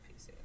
PC